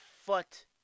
foot